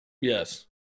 Yes